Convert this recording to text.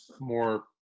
more